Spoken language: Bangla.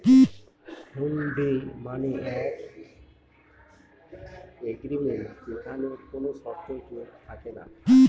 হুন্ডি মানে এক এগ্রিমেন্ট যেখানে কোনো শর্ত যোগ থাকে না